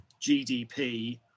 GDP